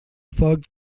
foc